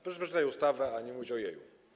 Proszę przeczytać ustawę, a nie mówić: Ojeju!